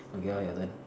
okay lor your turn